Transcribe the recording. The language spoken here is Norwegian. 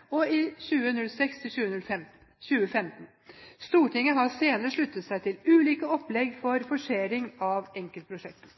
15 til 20 år på både E6 og E18. Videre utbygging av E18 gjennom Østfold ble behandlet i forbindelse med Nasjonal transportplan 2002–2011 og Nasjonal transportplan 2006–2015. Stortinget har senere sluttet seg til ulike opplegg for forsering av enkeltprosjekter.